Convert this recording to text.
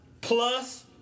plus